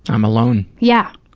i'm alone. yeah.